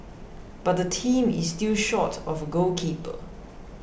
but the team is still short of a goalkeeper